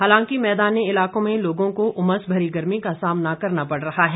हालांकि मैदानी इलाकों में लोगों को उमस भरी गर्मी का सामना करना पड़ रहा है